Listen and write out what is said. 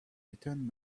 return